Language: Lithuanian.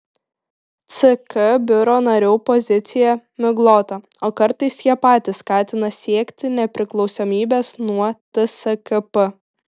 ck biuro narių pozicija miglota o kartais jie patys skatina siekti nepriklausomybės nuo tskp